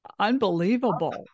unbelievable